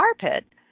carpet